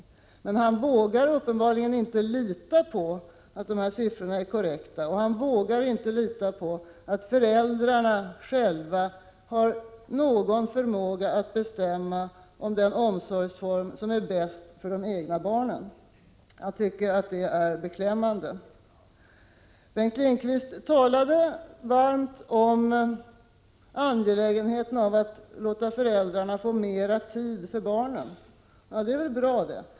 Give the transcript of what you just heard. Men Bengt Lindqvist vågar uppenbarligen inte lita på att de här siffrorna är korrekta, och han vågar inte lita på att föräldrarna själva har förmåga att bestämma vilken omsorgsform som är bäst för de egna barnen. Jag tycker att det är beklämmande. Bengt Lindqvist talade varmt om angelägenheten av att låta föräldrarna få mera tid för barnen. Ja, det är väl bra det.